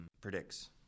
predicts